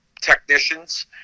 technicians